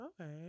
Okay